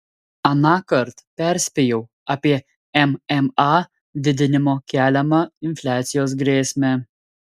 anąkart perspėjau apie mma didinimo keliamą infliacijos grėsmę